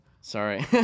Sorry